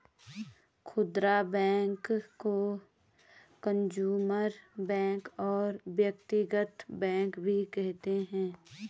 खुदरा बैंक को consumer bank और व्यक्तिगत बैंक भी कहते हैं